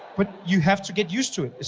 but you have to get used to it,